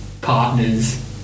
partners